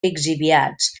lixiviats